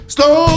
Slow